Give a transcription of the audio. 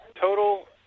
total